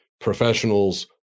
professionals